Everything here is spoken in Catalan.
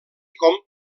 com